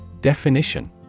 Definition